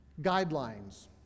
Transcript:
guidelines